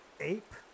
Ape